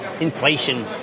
inflation